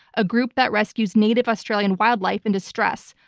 a group that rescues native australian wildlife in distress.